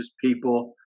people